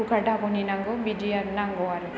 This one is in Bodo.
कुकार धाग'नि नांगौ बिदियानो नांगौ आरो